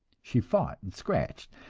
she fought and scratched,